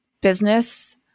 business